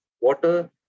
water